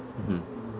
mmhmm